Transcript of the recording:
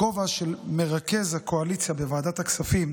הכובע של מרכז הקואליציה בוועדת הכספים,